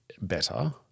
better